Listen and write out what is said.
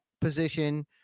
position